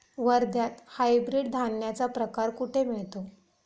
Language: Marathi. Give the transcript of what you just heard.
वर्ध्यात हायब्रिड धान्याचा प्रकार कुठे मिळतो?